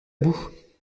bout